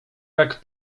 jak